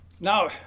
Now